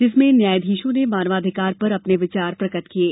जिसमें न्यायाधीशों ने मानवाधिकार पर अपने विचार प्रकट किये